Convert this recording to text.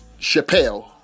Chappelle